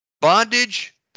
bondage